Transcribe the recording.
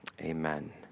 Amen